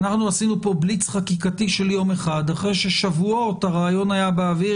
אנחנו עשינו פה בליץ חקיקתי של יום אחד אחרי ששבועות הרעיון היה באוויר,